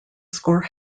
score